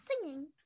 singing